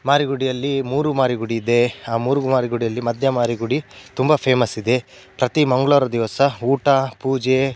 ಮಾರಿಗುಡಿಯಲ್ಲಿ ಮೂರು ಮಾರಿಗುಡಿ ಇದೆ ಆ ಮೂರು ಮಾರಿಗುಡಿಯಲ್ಲಿ ಮಧ್ಯೆ ಮಾರಿಗುಡಿ ತುಂಬ ಫೇಮಸ್ಸಿದೆ ಪ್ರತಿ ಮಂಗಳವಾರದ ದಿವಸ ಊಟ ಪೂಜೆ